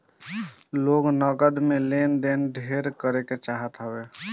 लोग नगद में लेन देन ढेर करे चाहत हवे